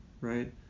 right